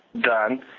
done